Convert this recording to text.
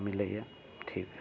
मिलैए ठीक